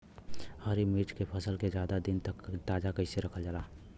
हरि मिर्च के फसल के ज्यादा दिन तक ताजा कइसे रखल जाई?